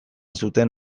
zuten